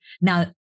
Now